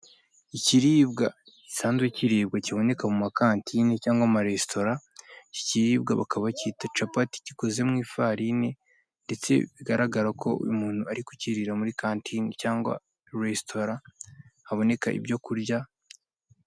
Ikiribwa gisanzwe kiribwa kiboneka mu makantine cyangwa mu maresitora icyo kiribwa bakaba bakita capati gikozwa mu ifararine ndetse bigaragara ko uyu muntu ari kukurira muri kantine cyangwa resitora haboneka ibyo kurya.